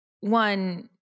one